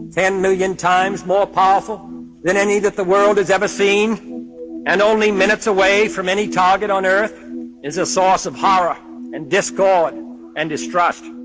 ten million times more powerful than any that the world has ever seen and only minutes away from any target on earth is a source of horror and discord and distrust.